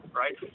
right